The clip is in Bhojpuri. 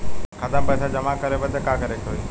खाता मे पैसा जमा करे बदे का करे के होई?